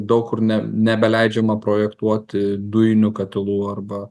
daug kur ne nebeleidžiama projektuoti dujinių katilų arba